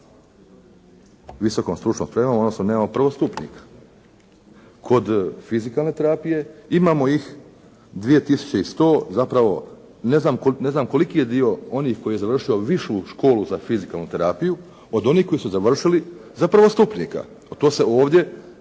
visokom stručnom spremom odnosno nemamo prvostupnika. Kod fizikalne terapije imamo ih 2100, zapravo ne znam koliki je dio onih koji je završio višu školu za fizikalnu terapiju od onih koji su završili za prvostupnika. To se ovdje